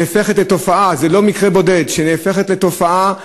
שנהפכת לתופעה, זה לא מקרה בודד, שנהפכת לתופעה,